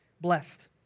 blessed